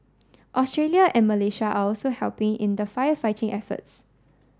Australia and Malaysia are also helping in the firefighting efforts